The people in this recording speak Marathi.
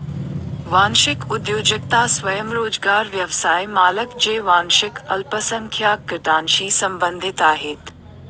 वांशिक उद्योजकता स्वयंरोजगार व्यवसाय मालक जे वांशिक अल्पसंख्याक गटांशी संबंधित आहेत